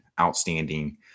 outstanding